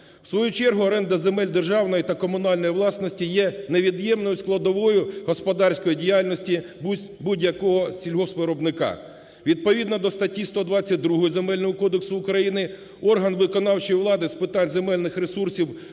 В свою чергу оренда земель державної та комунальної власності є невід'ємною складовою господарської діяльності будь-якого сільгоспвиробника. Відповідно до статті 122 Земельного кодексу України орган виконавчої влади з питань земельних ресурсів